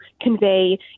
convey